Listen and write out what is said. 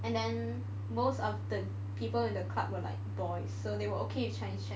and then most of the people in the club were like boys so they were okay with chinese chess